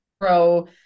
pro